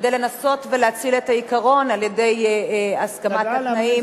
כדי לנסות להציל את העיקרון על-ידי הסכמת התנאים יחד,